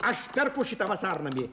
aš perku šitą vasarnamį